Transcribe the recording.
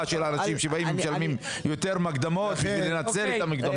של אנשים שמשלמים יותר מקדמות כדי לנצל אותן.